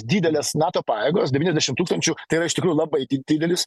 didelės nato pajėgos devyniasdešim tūkstančių tai yra iš tikrųjų labai didelis